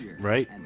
right